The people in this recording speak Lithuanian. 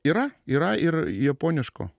yra yra ir japoniško